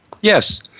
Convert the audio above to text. Yes